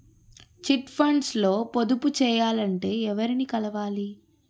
Chit funds లో పొదుపు చేయాలంటే ఎవరిని కలవాలి?